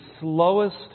slowest